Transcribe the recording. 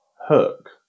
Hook